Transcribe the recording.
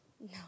No